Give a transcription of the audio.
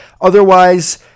Otherwise